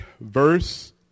verse